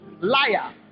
liar